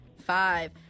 five